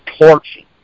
torching